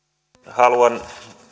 haluan